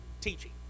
teaching